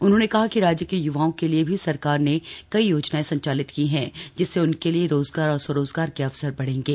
उन्होंने कहा कि राज्य के युवाओं के लिए भी सरकारने कई योजनाएं संचालित की हैं जिससे उनके लिए रोजगार और स्वरोजगार के अवसर बढ़े